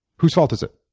whose fault is it?